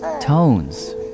tones